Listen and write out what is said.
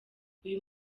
uyu